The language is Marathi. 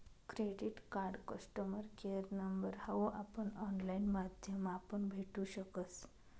credit card customer care number हाऊ आपण ऑनलाईन माध्यमापण भेटू शकस